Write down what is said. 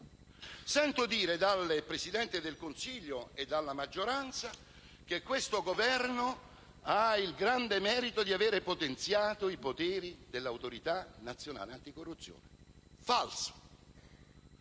sento dire dal Presidente del Consiglio e dalla maggioranza che questo Governo ha il grande merito di avere potenziato i poteri dell'Autorità nazionale anticorruzione. Falso.